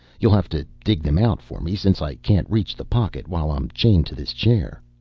you'll have to dig them out for me since i can't reach the pocket while i'm chained to this chair.